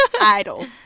Idol